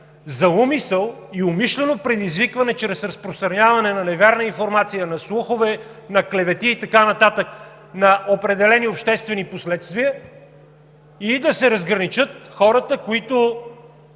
за умисъл и умишлено предизвикване чрез разпространяване на невярна информация на слухове, на клевети и така нататък на определени обществени последствия или да се разграничат хората, които